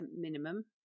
minimum